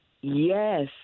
Yes